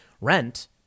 Rent